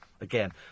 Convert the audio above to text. again